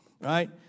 right